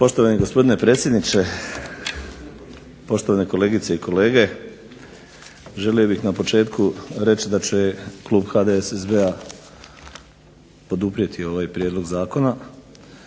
Poštovani gospodine predsjedniče, poštovane kolegice i kolege. Želio bih na početku reći da će klub HDSSB-a poduprijeti ovaj prijedlog zakona.